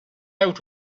out